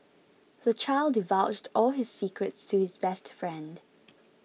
the child divulged all his secrets to his best friend